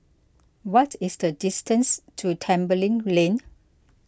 what is the distance to Tembeling Lane